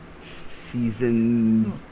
season